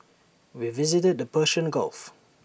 we visited the Persian gulf